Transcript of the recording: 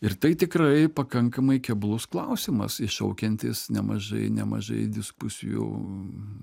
ir tai tikrai pakankamai keblus klausimas iššaukiantis nemažai nemažai diskusijų